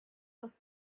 was